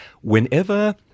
whenever